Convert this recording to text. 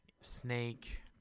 Snake